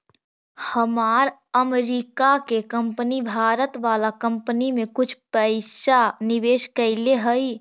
हमार अमरीका के कंपनी भारत वाला कंपनी में कुछ पइसा निवेश कैले हइ